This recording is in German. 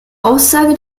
aussage